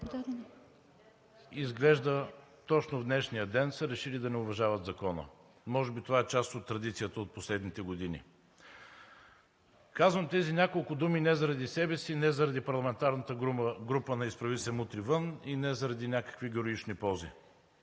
Изглежда точно в днешния ден са решили да не уважават закона. Може би това е част от традицията от последните години. Казвам тези няколко думи не заради себе си, не заради парламентарната група на „Изправи се! Мутри вън!“ и не заради някакви героични пози.